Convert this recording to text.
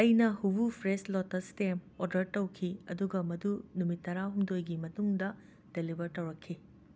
ꯑꯩꯅ ꯍꯨꯕꯨ fresh lotus stem order ꯇꯧꯈꯤ ꯑꯗꯨꯒ ꯃꯗꯨ ꯅꯨꯃꯤꯠ ꯇꯔꯥ ꯍꯨꯝꯗꯣꯏꯒꯤ ꯃꯇꯨꯡꯗ ꯗꯦꯂꯤꯕꯔ ꯇꯧꯔꯛꯈꯤ